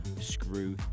screw